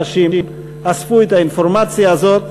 אנשים אספו את האינפורמציה הזו,